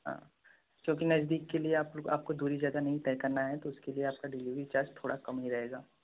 हाँ क्योंकी नजदीक के लिए आपको दूरी ज्यादा नहीं तय करना है तो इसके लिए आपका डिलीवरी चार्ज थोड़ा कम ही रहेगा